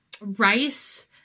rice